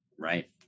Right